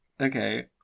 Okay